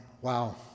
wow